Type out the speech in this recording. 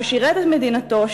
ששירת את מדינתו,